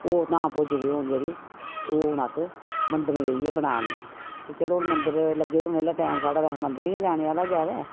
ते ओह् धाम भोजनी हून जेह्ड़ी ओह् हून अस मंदरै बेहियै बना 'ने ते चलो हून मंदर लग्गे दे हून एल्लै टाइम साढ़ा वैसे मंदरै गै जाना आह्ला गै ज्यादा